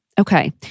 okay